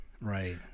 right